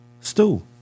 stool